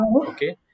okay